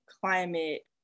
climate